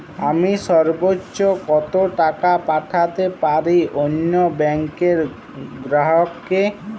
আমি সর্বোচ্চ কতো টাকা পাঠাতে পারি অন্য ব্যাংকের গ্রাহক কে?